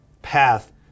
path